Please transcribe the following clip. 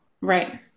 Right